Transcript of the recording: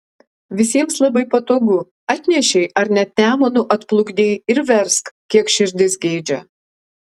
visiems labai patogu atnešei ar net nemunu atplukdei ir versk kiek širdis geidžia